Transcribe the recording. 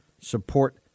Support